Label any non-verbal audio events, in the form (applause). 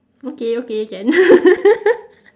okay okay can (laughs)